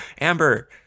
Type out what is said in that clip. Amber